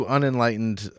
Unenlightened